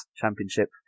Championship